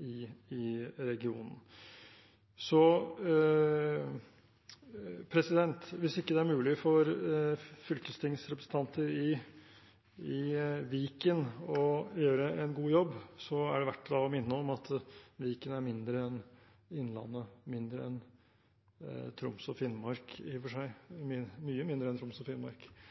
i regionen. Så hvis det ikke er mulig for fylkestingsrepresentanter i Viken å gjøre en god jobb, er det verdt å minne om at Viken er mindre enn Innlandet, mye mindre enn Troms og Finnmark, mindre enn Nordland og mindre enn